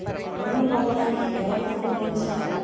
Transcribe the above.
ఋణం పొందటానికి ఎవరిని సంప్రదించాలి?